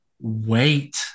wait